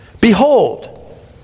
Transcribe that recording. Behold